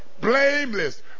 blameless